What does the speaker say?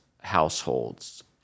households